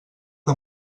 que